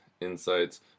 insights